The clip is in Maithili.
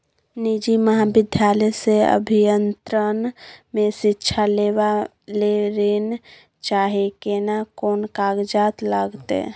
निजी महाविद्यालय से अभियंत्रण मे शिक्षा लेबा ले ऋण चाही केना कोन कागजात लागतै?